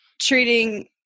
treating